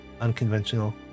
unconventional